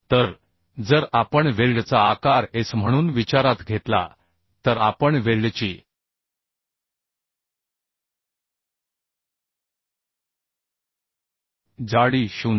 तर जर आपण वेल्डचा आकार S म्हणून विचारात घेतला तर आपण वेल्डची जाडी 0